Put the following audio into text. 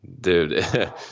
dude